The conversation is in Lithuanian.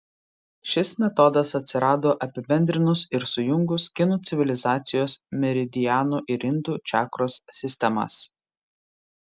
šis metodas atsirado apibendrinus ir sujungus kinų civilizacijos meridianų ir indų čakros sistemas